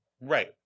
Right